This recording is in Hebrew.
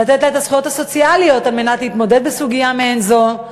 לתת לה את הזכויות הסוציאליות על מנת להתמודד עם סוגיה מעין זו,